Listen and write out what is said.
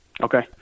Okay